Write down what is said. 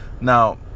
Now